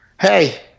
Hey